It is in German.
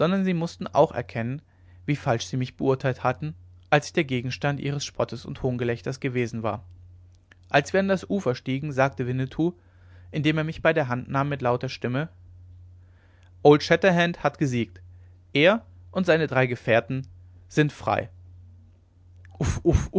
sie mußten auch erkennen wie falsch sie mich beurteilt hatten als ich der gegenstand ihres spottes und hohngelächters gewesen war als wir an das ufer stiegen sagte winnetou indem er mich bei der hand nahm mit lauter stimme old shatterhand hat gesiegt er und seine drei gefährten sind frei